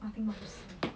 nothing much to see